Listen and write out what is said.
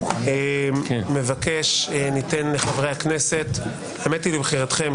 ניתן לחברי הכנסת האמת לבחירתכם.